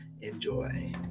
enjoy